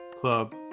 club